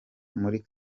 muri